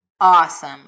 awesome